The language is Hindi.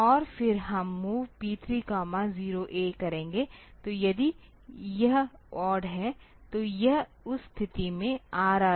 और फिर हम MOV P30A करेंगे तो यदि यह ओड है तो यह उस स्थिति में RRC